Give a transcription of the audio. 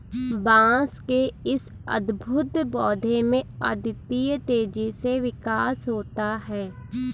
बांस के इस अद्भुत पौधे में अद्वितीय तेजी से विकास होता है